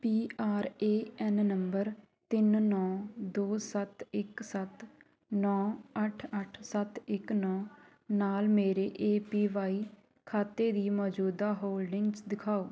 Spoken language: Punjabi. P R A N number ਤਿੰਨ ਨੌ ਦੋ ਸੱਤ ਇੱਕ ਸੱਤ ਨੌ ਅੱਠ ਅੱਠ ਸੱਤ ਇੱਕ ਨੌ ਨਾਲ ਮੇਰੇ ਏ ਪੀ ਵਾਈ ਖਾਤੇ ਦੀ ਮੌਜੂਦਾ ਹੋਲਡਿੰਗਜ਼ ਦਿਖਾਓ